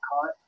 caught